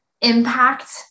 impact